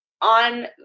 on